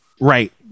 right